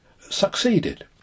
succeeded